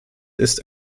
ist